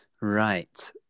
Right